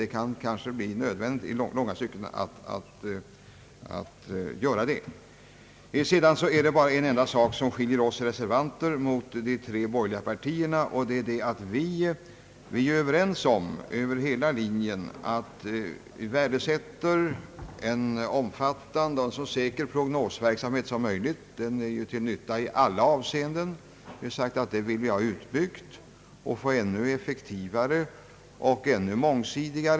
Det kan kanske bli nödvändigt att göra så. Det är bara en enda sak som skiljer oss reservanter från de tre borgerliga partierna. Vi är över hela linjen överens om ait värdesätta en omfattande och så säker prognosverksamhet som möjligt. Den är till nytta i alla avseenden. Vi har sagt att den vill vi ha utbyggd och ännu mera mångsidig.